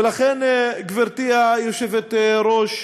לכן, גברתי היושבת-ראש,